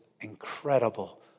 incredible